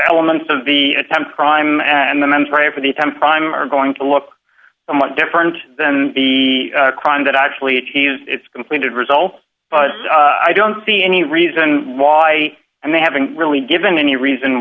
elements of the attempt crime and the mens rea for the time prime are going to look somewhat different than the crime that actually achieved its completed result but i don't see any reason why and they haven't really given any reason